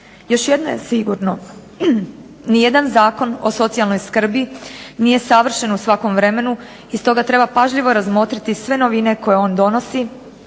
Još jedno je sigurno, nijedan zakon o socijalnoj skrbi nije savršen u svakom vremenu i stoga treba pažljivo razmotriti sve novine koje on donosi